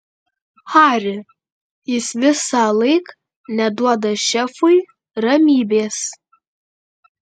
hari jis visąlaik neduoda šefui ramybės